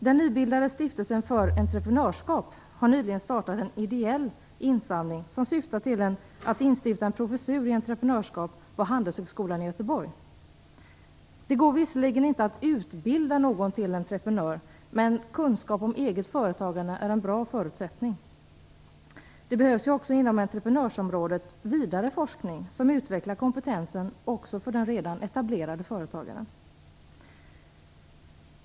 Den nybildade Stiftelsen för Entreprenörsskap har nyligen startat en ideell insamling som syftar till att instifta en professur i entreprenörsskap på Handelshögskolan i Göteborg. Det går visserligen inte att utbilda någon till entreprenör, men kunskap om eget företagande är en bra förutsättning. Det behövs också inom entreprenörsområdet vidare forskning som utvecklar kompetensen också för den redan etablerade företagaren.